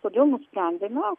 todėl nusprendėme